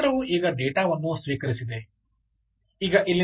ಆದ್ದರಿಂದ ಈ ಯಂತ್ರವು ಈಗ ಡೇಟಾವನ್ನು ಸ್ವೀಕರಿಸಿದೆ